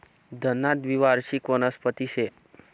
धना द्वीवार्षिक वनस्पती शे